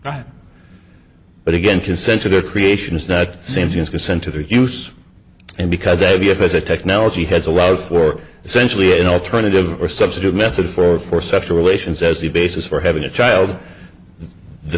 right but again consent to their creation is not the same thing as consent to their use and because they view it as a technology has allowed for essentially an alternative or substitute method for for sexual relations as the basis for having a child the